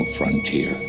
frontier